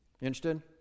Interested